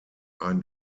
ein